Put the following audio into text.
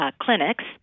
clinics